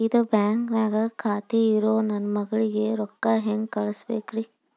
ಇದ ಬ್ಯಾಂಕ್ ನ್ಯಾಗ್ ಖಾತೆ ಇರೋ ನನ್ನ ಮಗಳಿಗೆ ರೊಕ್ಕ ಹೆಂಗ್ ಕಳಸಬೇಕ್ರಿ?